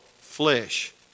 flesh